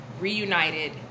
reunited